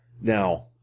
Now